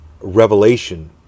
revelation